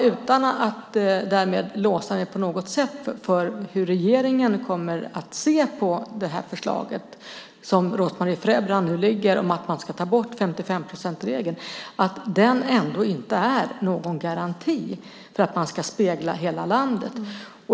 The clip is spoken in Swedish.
Utan att på något sätt låsa mig för hur regeringen kommer att se på det förslag som Rose-Marie Frebran nu lägger fram om att ta bort 55-procentsregeln kan jag säga att den inte är någon garanti för att spegla hela landet.